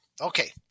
Okay